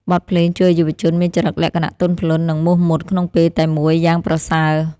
បទភ្លេងជួយឱ្យយុវជនមានចរិតលក្ខណៈទន់ភ្លន់ និងមោះមុតក្នុងពេលតែមួយយ៉ាងប្រសើរ។